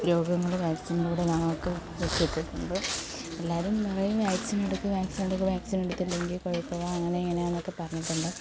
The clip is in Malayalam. രോഗങ്ങൾ വാക്സിനിലൂടെ ഞങ്ങൾക്ക് കിട്ടിയിട്ടുണ്ട് എല്ലാവരും നിറയെ വാക്സിനെടുക്ക് വാക്സിനെടുക്ക് വാക്സിനെടുത്തില്ലെങ്കിൽ കുഴപ്പമാണ് അങ്ങെനെയാണ് ഇങ്ങനെയാണെന്നൊക്കെ പറഞ്ഞിട്ടുണ്ട്